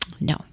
No